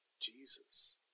Jesus